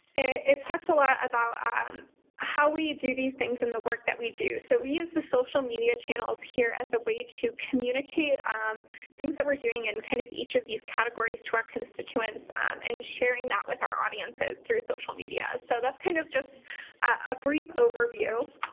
it talks a lot about um how we do these things in the work that we do. so, we use the social media channels here as a way to communicate um things that we're doing in kind of each of these categories to our constituents and sharing that with our audiences through social media. so, that's kind of just a brief overview.